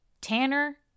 Tanner